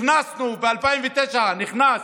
ב-2009, כשנכנס